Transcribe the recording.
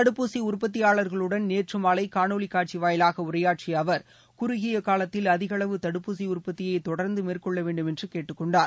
தடுப்பூசி உற்பத்தியாளர்களுடன் நேற்று மாலை காணொலி காட்சி வாயிலாக உரையாற்றிய அவர் குறுகிய காலத்தில் அதிக அளவு தடுப்பூசி உற்பத்தியை தொடர்ந்து மேற்கொள்ள வேண்டும் என்று கேட்டுக்கொண்டார்